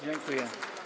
Dziękuję.